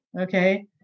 Okay